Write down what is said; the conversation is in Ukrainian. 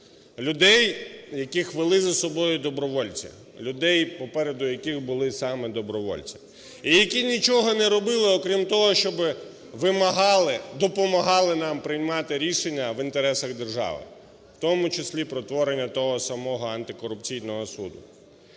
Людей, яких вели за собою добровольці, людей, попереду яких були саме добровольці і які нічого не робили, окрім того, що вимагали, допомагали нам приймати рішення в інтересах держави, в тому числі, про творення того самого антикорупційного суду.